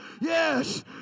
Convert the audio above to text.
yes